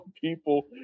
people